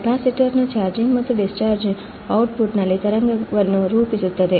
ಕೆಪಾಸಿಟರ್ನ ಚಾರ್ಜಿಂಗ್ ಮತ್ತು discharge output ಅಲ್ಲಿ ತರಂಗವನ್ನು ರೂಪಿಸುತ್ತದೆ